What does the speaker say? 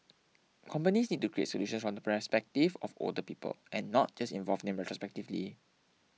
companies need to create solutions from the perspective of older people and not just involve them retrospectively